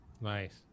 Nice